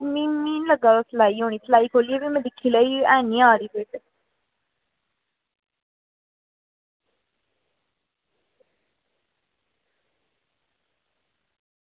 मीं निं लगदा सिलाई होनी सिलाई खोल्लियै ते दिक्खी लैओ ऐनी आवा दी फिट